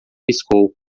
piscou